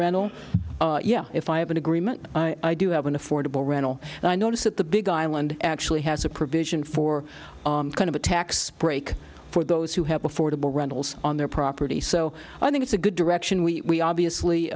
rental yeah if i have an agreement i do have an affordable rental and i notice that the big island actually has a provision for kind of a tax break for those who have affordable rentals on their property so i think it's a good direction we obviously